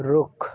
ਰੁੱਖ